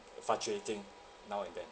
fluctuating now and then